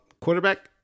Quarterback